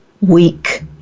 weak